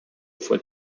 for